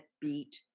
beat